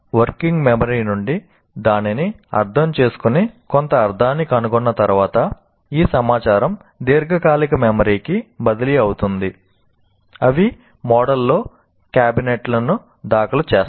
working memory నుండి దానిని అర్ధం చేసుకుని కొంత అర్ధాన్ని కనుగొన్న తరువాత ఈ సమాచారం దీర్ఘకాలిక మెమరీకి బదిలీ అవుతుంది అవి మోడల్లో క్యాబినెట్లను దాఖలు చేస్తాయి